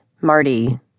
Marty